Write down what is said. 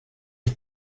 est